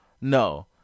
no